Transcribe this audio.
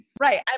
right